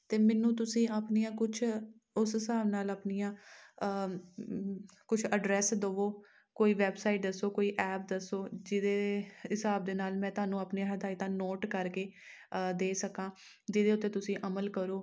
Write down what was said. ਅਤੇ ਮੈਨੂੰ ਤੁਸੀਂ ਆਪਣੀਆਂ ਕੁਛ ਉਸ ਹਿਸਾਬ ਨਾਲ ਆਪਣੀਆਂ ਕੁਛ ਐਡਰੈੱਸ ਦੇਵੋ ਕੋਈ ਵੈਬਸਾਈਟ ਦੱਸੋ ਕੋਈ ਐਪ ਦੱਸੋ ਜਿਹਦੇ ਹਿਸਾਬ ਦੇ ਨਾਲ ਮੈਂ ਤੁਹਾਨੂੰ ਆਪਣੀਆਂ ਹਦਾਇਤਾਂ ਨੋਟ ਕਰਕੇ ਦੇ ਸਕਾਂ ਜਿਹਦੇ ਉੱਤੇ ਤੁਸੀਂ ਅਮਲ ਕਰੋ